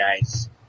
guys